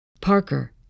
Parker